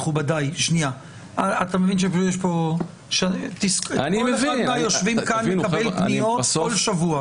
אתה מבין שכל אחד מהיושבים פה מקבל פניות כל שבוע.